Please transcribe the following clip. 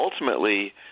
ultimately